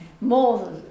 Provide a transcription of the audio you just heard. more